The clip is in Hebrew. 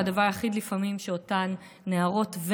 והדבר היחיד לפעמים שאותן נערות,